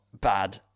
bad